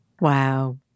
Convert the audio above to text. Wow